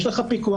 יש לך פיקוח,